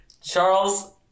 Charles